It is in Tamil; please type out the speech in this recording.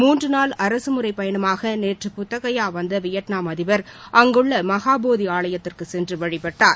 மூன்றுநாள் அரசுமுறைப் பயணமாக நேற்று புத்தகயா வந்த வியட்நாம் அதிபர் அங்குள்ள மகாபோதி ஆலயத்திற்குச் சென்று வழிபட்டார்